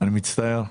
אני מצטער,